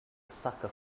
sucker